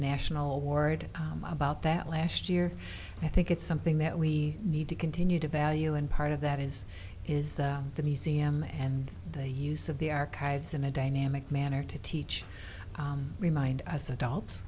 national award about that last year i think it's something that we need to continue to value and part of that is is the museum and the use of the archives in a dynamic manner to teach remind us adults